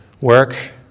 Work